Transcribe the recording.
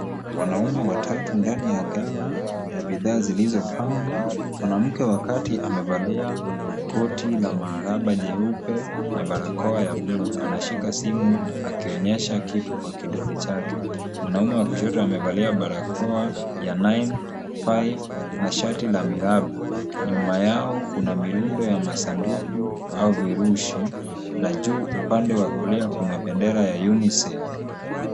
Wanaume watatu ndani ya ghala ya bidhaa zilizopangwa. Mwanamke wa kati amevalia koti la maharaba jeupe na barakoa ya bluu anashika simu na kuonyesha kitu kwa kidole chake. Mwanaume wa kushoto amevalia barakoa ya nine five na shati la miraba. Nyuma yao kuna mirundo ya masanduku au virushi na juu upande wa kulia kuna bendera ya UNICEF.